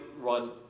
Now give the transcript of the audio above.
run